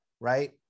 right